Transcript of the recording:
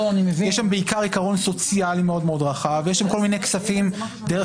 יש שם בעיקר עיקרון סוציאלי מאוד רחב ויש שם כל מיני כספים דרך